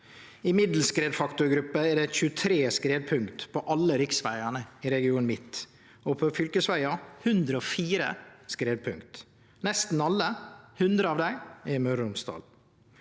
I middels skredfaktorgruppe er det 23 skredpunkt på alle riksvegane i Region midt, og på fylkesvegane er det 104 skredpunkt. Nesten alle, 100 av dei, er i Møre og Romsdal.